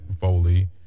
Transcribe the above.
Foley